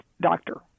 doctor